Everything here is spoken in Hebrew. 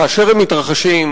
כאשר הם מתרחשים,